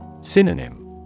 Synonym